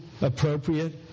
appropriate